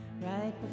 Right